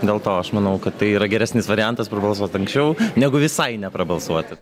dėl to aš manau kad tai yra geresnis variantas prabalsuot anksčiau negu visai neprabalsuoti